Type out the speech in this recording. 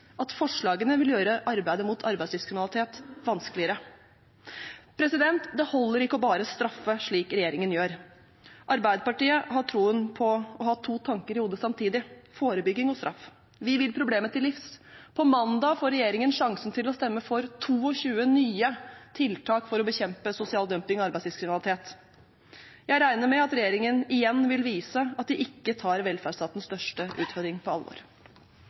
at forslagene vil gjøre arbeidet mot arbeidslivskriminalitet vanskeligere. Det holder ikke bare å straffe, slik regjeringen gjør. Arbeiderpartiet har tro på å ha to tanker i hodet samtidig: forebygging og straff. Vi vil problemet til livs. På mandag får regjeringen sjansen til å stemme for 22 nye tiltak for å bekjempe sosial dumping og arbeidslivskriminalitet. Jeg regner med at regjeringen igjen vil vise at den ikke tar velferdsstatens største utfordring på alvor.